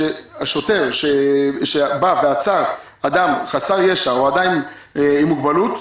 ששוטר שבא ועצר אדם חסר ישע או אדם עם מוגבלות,